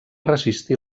resistir